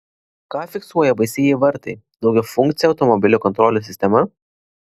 ką fiksuoja baisieji vartai daugiafunkcė automobilių kontrolės sistema